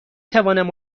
توانم